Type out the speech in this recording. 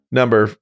number